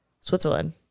Switzerland